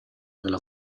della